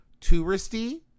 touristy